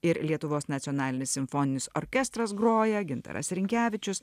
ir lietuvos nacionalinis simfoninis orkestras groja gintaras rinkevičius